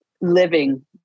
living